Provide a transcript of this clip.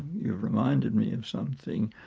you've reminded me of something.